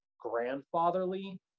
grandfatherly